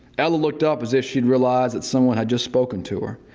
ella looked up as if she'd realized that someone had just spoken to her.